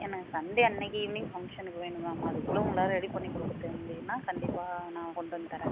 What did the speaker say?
எனக்கு சண்டே அன்றைக்கி ஈவினிங் ஃபங்க்ஷனுக்கு வேணும் மேம் அதுக்குள்ளே உங்களால் ரெடி பண்ணி கொடுக்குறதுக்கு முடியும்னா கண்டிப்பாக நான் கொண்டு வந்து தரேன்